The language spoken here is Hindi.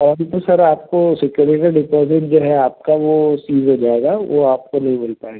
और नहीं तो सर आपको सिक्योरिटी डिपॉज़िट जो है आपका वह सील हो जाएगा वह आपको नहीं मिल पाएगा